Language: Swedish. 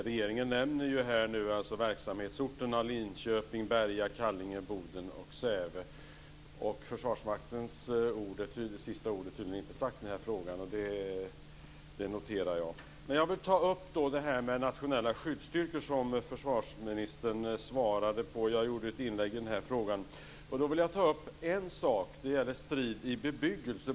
Regeringen nämner här nu verksamhetsorterna Linköping, Berga, Kallinge, Boden och Säve, men jag noterar att Försvarsmaktens sista ord är tydligen inte sagt i den här frågan. Jag vill ta upp frågan om nationella skyddsstyrkor, som försvarsministern svarade på efter ett inlägg av mig i ärendet. Jag vill ta upp det som gäller strid i bebyggelse.